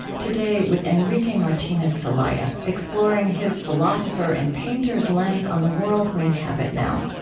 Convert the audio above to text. today with enrique martinez celaya, exploring his philosopher and painter's lens on the world we inhabit now.